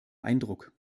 eindruck